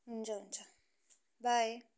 हुन्छ हुन्छ बाई